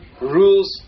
rules